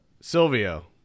Silvio